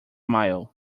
mile